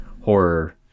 horror